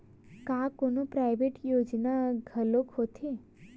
का कोनो प्राइवेट योजना घलोक होथे?